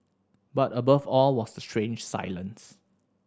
but above all was the strange silence